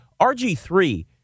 RG3